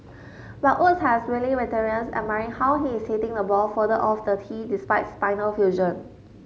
but Woods has wily veterans admiring how he is hitting the ball further off the tee despite spinal fusion